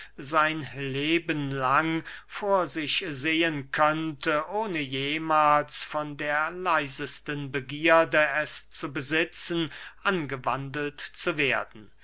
sein lebenlang vor sich sehen könnte ohne jemahls von der leisesten begierde es zu besitzen angewandelt zu werden